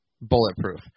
bulletproof